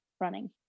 running